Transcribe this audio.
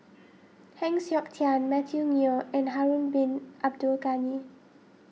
Heng Siok Tian Matthew Ngui and Harun Bin Abdul Ghani